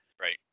Right